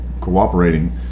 Cooperating